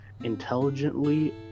intelligently